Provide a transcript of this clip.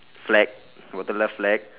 flag bottom left flag